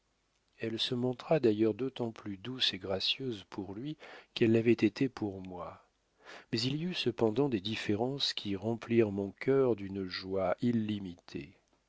elle se montra d'ailleurs d'autant plus douce et gracieuse pour lui qu'elle l'avait été pour moi mais il y eut cependant des différences qui remplirent mon cœur d'une joie illimitée